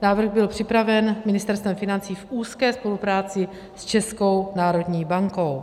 Návrh byl připraven Ministerstvem financí v úzké spolupráci s Českou národní bankou.